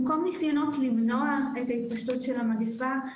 במקום ניסיונות למנוע את התפשטות המגיפה,